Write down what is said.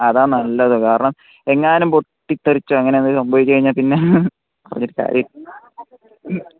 അതാണ് നല്ലത് കാരണം എങ്ങാനും പൊട്ടിത്തെറിച്ചാൽ അങ്ങനെയെന്തെങ്കിലും സംഭവിച്ചു കഴിഞ്ഞാൽ പിന്നെ പറഞ്ഞിട്ട് കാര്യമില്ല